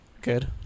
good